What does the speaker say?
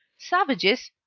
savages,